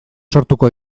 sortuko